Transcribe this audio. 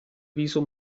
viso